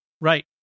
Right